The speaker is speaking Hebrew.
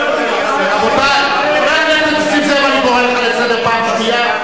חבר הכנסת נסים זאב, אני קורא לך לסדר פעם שנייה.